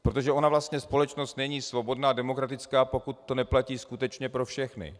Protože ona vlastně společnost není svobodná a demokratická, pokud to neplatí skutečně pro všechny.